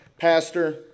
pastor